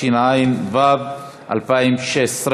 התשע"ו 2016,